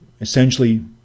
essentially